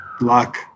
luck